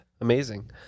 Amazing